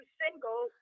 single